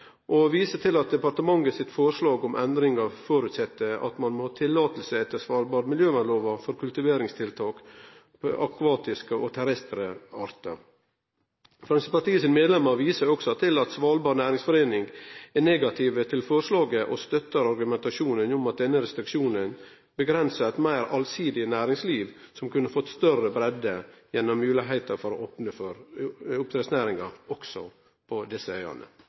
Ein viser til at departementet sitt forslag om endringar føreset at ein må ha løyve etter svalbardmiljøvernloven for kultiveringstiltak på akvatiske og terrestre artar. Framstegspartiet sine medlemer viser også til at Svalbard Næringsforening er negativ til forslaget og støttar argumentasjonen om at denne restriksjonen avgrensar eit meir allsidig næringsliv, som kunne fått større breidd gjennom moglegheita for å opne for oppdrettsnæringa også på desse øyane.